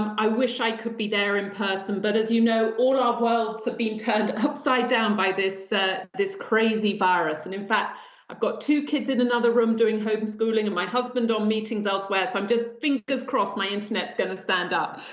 i wish i could be there in person. but as you know, all our worlds have been turned upside down by this ah this crazy virus. and in fact, i've got two kids in another room doing homeschooling and my husband on meetings elsewhere. so, i'm just, fingers crossed, my internet's gonna stand up.